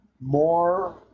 more